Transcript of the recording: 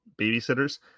babysitters